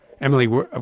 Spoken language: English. Emily